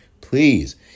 Please